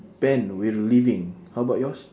ben we're leaving how about yours